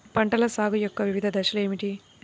పంటల సాగు యొక్క వివిధ దశలు ఏమిటి?